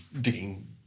digging